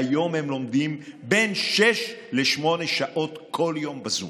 והיום הם לומדים בין שש לשמונה שעות כל יום בזום.